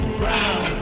brown